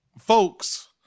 folks